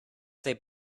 they